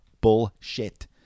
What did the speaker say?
Bullshit